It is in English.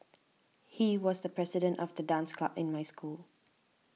he was the president of the dance club in my school